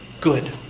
good